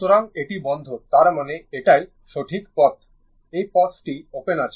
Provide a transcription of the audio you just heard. সুতরাং এটি বন্ধ এবং তার মানে এটাই সঠিক পথ এই পথটি ওপেন আছে